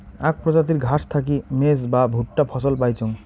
আক প্রজাতির ঘাস থাকি মেজ বা ভুট্টা ফছল পাইচুঙ